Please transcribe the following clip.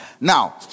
Now